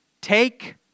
Take